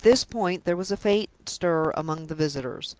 at this point there was a faint stir among the visitors.